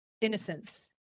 innocence